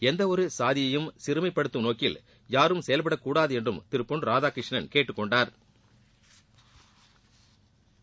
எந்த ஒரு சாதியையும் சிறுமைபடுத்தும் நோக்கில் யாரும் செயல்பட கூடாது என்றும் திரு பொன் ராதாகிருஷ்ணன் கேட்டுக்கொண்டாா்